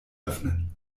öffnen